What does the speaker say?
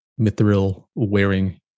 mithril-wearing